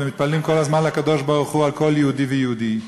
מתפללים כל הזמן לקדוש-ברוך-הוא על כל יהודי ויהודי.